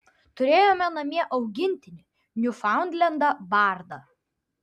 turėjome namie augintinį niufaundlendą bardą